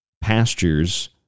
pastures